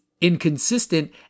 inconsistent